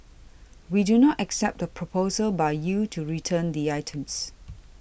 we do not accept the proposal by you to return the items